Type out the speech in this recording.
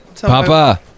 Papa